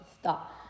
Stop